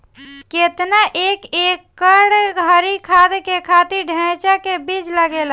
केतना एक एकड़ हरी खाद के खातिर ढैचा के बीज लागेला?